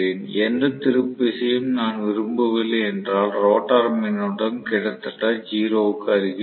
எந்த திருப்பு விசையையும் நான் விரும்பவில்லை என்றால் ரோட்டார் மின்னோட்டம் கிட்டத்தட்ட 0 க்கு அருகில் இருக்கும்